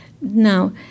Now